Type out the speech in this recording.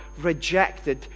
rejected